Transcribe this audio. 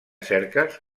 cerques